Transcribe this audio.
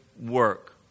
work